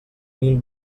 mil